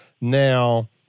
now